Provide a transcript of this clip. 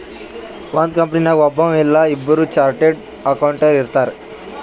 ಒಂದ್ ಕಂಪನಿನಾಗ್ ಒಬ್ಬವ್ ಇಲ್ಲಾ ಇಬ್ಬುರ್ ಚಾರ್ಟೆಡ್ ಅಕೌಂಟೆಂಟ್ ಇರ್ತಾರ್